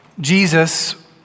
Jesus